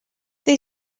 they